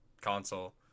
console